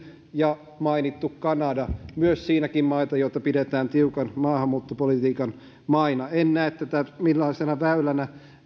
ja mainittu kanada myös siinäkin maita joita pidetään tiukan maahanmuuttopolitiikan maina en näe tätä minkäänlaisena väylänä